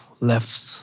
left